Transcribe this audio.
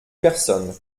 personne